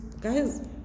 guys